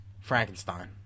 Frankenstein